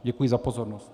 Děkuji za pozornost.